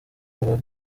aba